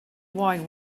wine